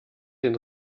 den